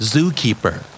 Zookeeper